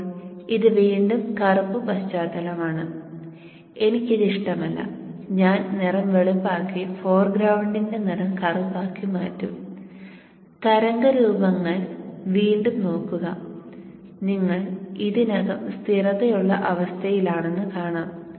ഇപ്പോൾ ഇത് വീണ്ടും കറുപ്പ് പശ്ചാത്തലമാണ് എനിക്ക് ഇത് ഇഷ്ടമല്ല ഞാൻ നിറം വെളുപ്പാക്കി ഫോർഗ്രൌണ്ടിന്റെ നിറം കറുപ്പാക്കി മാറ്റും തരംഗ രൂപങ്ങൾ വീണ്ടും നോക്കുക നിങ്ങൾ ഇതിനകം സ്ഥിരതയുള്ള അവസ്ഥയിലാണെന്ന് കാണാം